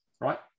right